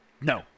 No